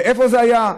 איפה זה היה?